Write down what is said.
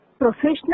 professional